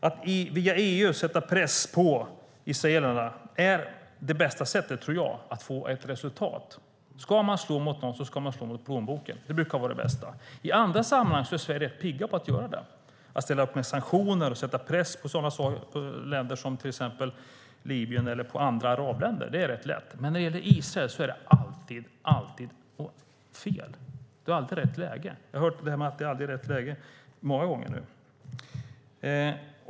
Att via EU sätta press på israelerna tror jag är det bästa sättet att få ett resultat. Ska man slå mot någon ska man slå mot plånboken. Det brukar vara det bästa. I andra sammanhang är Sverige rätt piggt på att göra det och införa sanktioner och sätta press på länder som till exempel Libyen eller andra arabländer. Det är rätt lätt. Men när det gäller Israel är det alltid fel. Det är aldrig rätt läge. Det har jag hört många gånger.